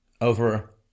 over